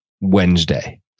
Wednesday